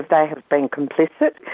if they've been complicit.